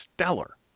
stellar